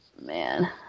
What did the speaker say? man